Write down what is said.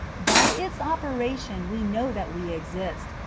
by its operation we know that we exist,